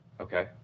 Okay